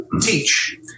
teach